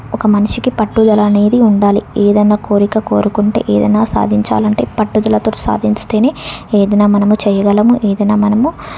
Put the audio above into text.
ఒక మనిషికి పట్టుదల అనేది ఉండాలి ఏదైనా కోరిక కోరుకుంటే ఏదైనా సాధించాలి అంటే పట్టుదలతో సాధిస్తేనే ఏదైనా మనం చేయగలం ఏదైనా మనము